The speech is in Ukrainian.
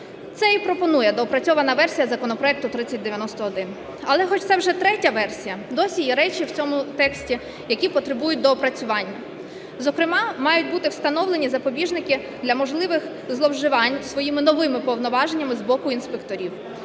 Це і пропонує доопрацьована версія законопроекту 3091. Але хоча це вже третя версія, досі є речі в цьому тексті, які потребують доопрацювань. Зокрема мають бути встановлені запобіжники для можливих зловживань своїми новими повноваженнями з боку інспекторів.